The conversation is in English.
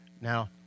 Now